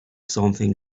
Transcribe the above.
something